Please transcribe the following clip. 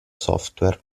software